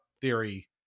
theory